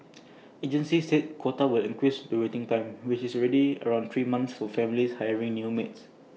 agencies said the quota will increase the waiting time which is already around three months for families hiring new maids